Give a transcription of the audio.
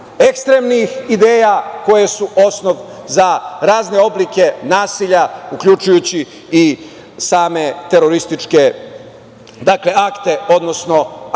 ekstremnih ideja koje su osnov za razne oblike nasilja, uključujući i same terorističke akte, ili